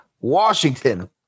Washington